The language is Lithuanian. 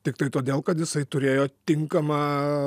tiktai todėl kad jisai turėjo tinkamą